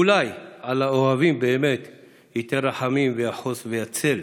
// אולי על האוהבים באמת / ייתן רחמים ויחוס ויצל /